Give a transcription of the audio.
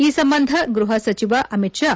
ಈ ಸಂಬಂಧ ಗೃಹ ಸಚಿವ ಅಮಿತ್ ಶಾ